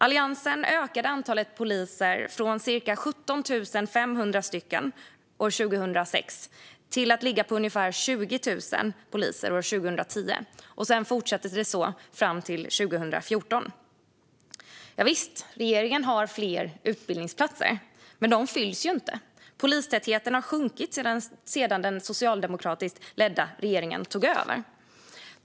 Alliansen ökade antalet poliser från ca 17 500 år 2006 till ca 20 000 år 2010, och så fortsatte det fram till 2014. Javisst, regeringen har fler utbildningsplatser. Men de fylls ju inte. Polistätheten har sjunkit sedan den socialdemokratiskt ledda regeringen tog över.